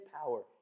power